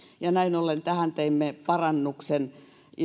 näin ollen tähän teimme parannuksen